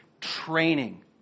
training